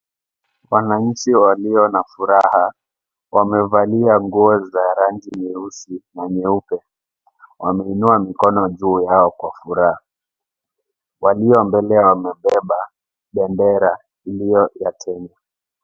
Wananchi walio na furaha, wamevalia nguo za rangi nyeusi na nyeupe. Wameinua mikono juu yao kwa furaha. Walio mbele wamebeba bendera iliyo ya Kenya.